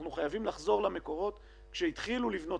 אנחנו חייבים לחזור למקורות שהתחילו לבנות